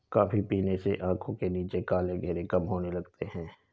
coffee पीने से आंखों के नीचे काले घेरे कम होने लगते हैं